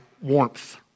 warmth